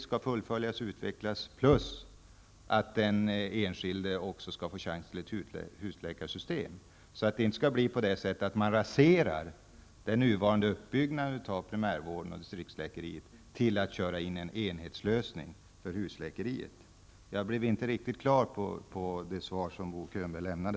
Jag vill försäkra mig om att det inte blir på det sättet att man raserar den nuvarande av primärvården och distriktsläkeriet för att köra in en enhetslösning för husläkeriet utan att distriktsläkarmaskineriet får fullföljas och utvecklas. Det fick jag inte riktigt klart för mig av det svar som Bo Könberg lämnade.